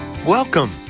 Welcome